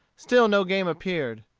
still no game appeared.